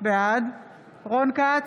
בעד רון כץ,